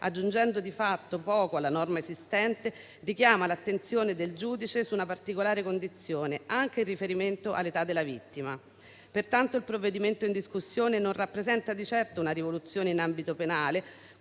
aggiungendo di fatto poco alla norma esistente, richiama l'attenzione del giudice su una particolare condizione anche in riferimento all'età della vittima. Pertanto, il provvedimento in discussione non rappresenta di certo una rivoluzione in ambito penale,